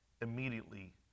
immediately